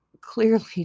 clearly